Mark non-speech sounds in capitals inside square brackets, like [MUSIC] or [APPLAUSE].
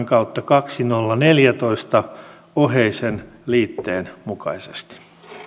[UNINTELLIGIBLE] kautta kaksituhattaneljätoista oheisen liitteen mukaisesti